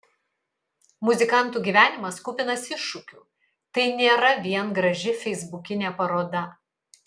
muzikantų gyvenimas kupinas iššūkių tai nėra vien graži feisbukinė paroda